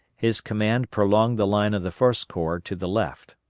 his command prolonged the line of the first corps to the left.